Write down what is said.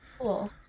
Cool